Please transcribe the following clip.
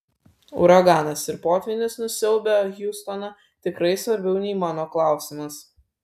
uraganas ir potvynis nusiaubę hjustoną tikrai svarbiau nei mano klausimas